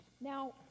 Now